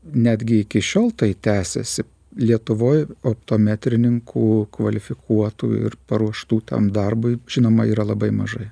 netgi iki šiol tai tęsiasi lietuvoj o metrininkų kvalifikuotų ir paruoštų tam darbui žinoma yra labai mažai